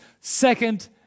second